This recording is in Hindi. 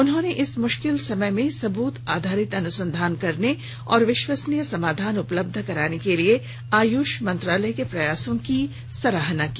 उन्होंने इस मुश्किल समय में सबूत आधारित अनुसंधान करने और विश्वसनीय समाधान उपलब्ध कराने के लिए आयुष मंत्रालय के प्रयासों की सराहना की